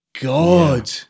God